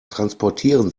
transportieren